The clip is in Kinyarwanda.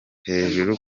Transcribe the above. hejuru